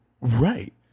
Right